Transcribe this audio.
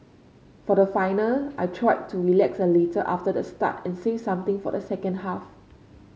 for the final I tried to relax a little after the start and save something for the second half